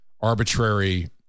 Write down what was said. arbitrary